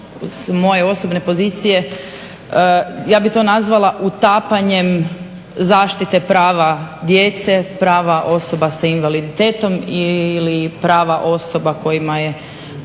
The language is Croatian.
moje osobne pozicije, ja bih to nazvala utapanjem zaštite prava djece, prava osoba sa invaliditetom ili prava osoba kojima je